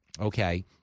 okay